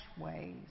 ways